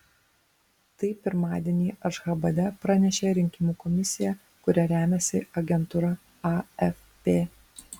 tai pirmadienį ašchabade pranešė rinkimų komisija kuria remiasi agentūra afp